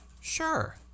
sure